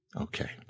okay